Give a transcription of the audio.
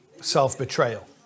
self-betrayal